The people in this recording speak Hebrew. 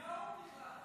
--- הוא מהאו"ם בכלל.